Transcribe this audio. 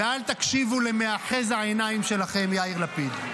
ואל תקשיבו למאחז העיניים שלכם יאיר לפיד.